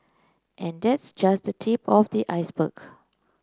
and that's just the tip of the iceberg